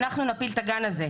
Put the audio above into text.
אנחנו נפיל את הגן הזה,